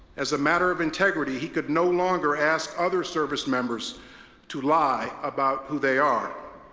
as a matter of integrity, he could no longer ask other service members to lie about who they are.